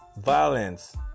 violence